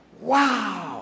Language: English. wow